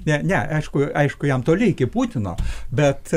ne ne aišku aišku jam toli iki putino bet